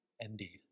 indeed